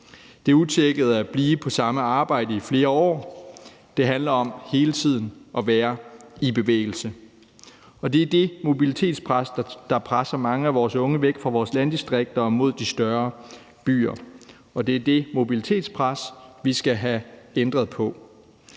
er utjekket at blive på samme arbejdsplads i flere år. Det handler om hele tiden at være i bevægelse. Det er det mobilitetspres, der presser mange af vores unge væk fra vores landdistrikter og mod de større byer, og det er det mobilitetspres, vi skal have ændret på.